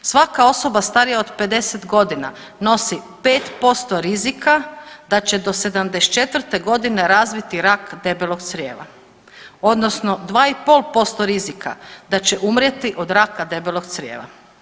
Svaka osoba starija od 50 godina nosi 5% rizika da se do 74 godine razviti rak debelog crijeva odnosno 2,5% rizika da će umrijeti od raka debelog crijeva.